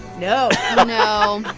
no no.